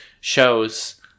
shows